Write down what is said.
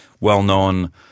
well-known